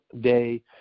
day